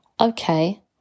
Okay